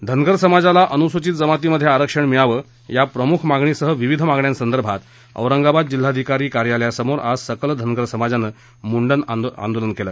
धनगर समाजाला अनुसूचित जमाती मध्ये आरक्षण मिळावं या प्रमुख मागणीसह विविध मागण्यांसंदर्भात औरंगाबाद जिल्हाधिकारी कार्यालयासमोर आज सकल धनगर समाजानं मुंडन आंदोलन केलं